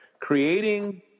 creating